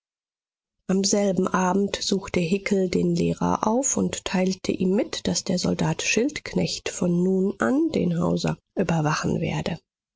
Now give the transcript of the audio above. am selben abend suchte hickel den lehrer auf und teilte ihm mit daß der soldat schildknecht von nun an den hauser überwachen werde